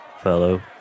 fellow